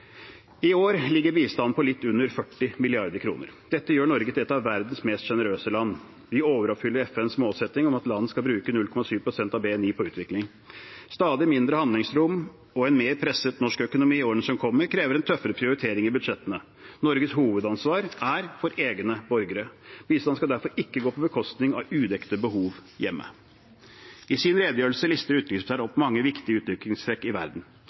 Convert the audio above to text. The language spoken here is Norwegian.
I år ligger bistanden på litt under 40 mrd. kr. Dette gjør Norge til et av verdens mest generøse land. Vi overoppfyller FNs målsetting om at landene skal bruke 0,7 pst. av BNI på utvikling. Stadig mindre handlingsrom og en mer presset norsk økonomi i årene som kommer, krever en tøffere prioritering i budsjettene. Norges hovedansvar er egne borgere. Bistand skal derfor ikke gå på bekostning av udekte behov hjemme. I sin redegjørelse lister utenriksministeren opp mange viktige utviklingstrekk i verden.